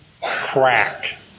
crack